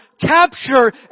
capture